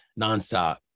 nonstop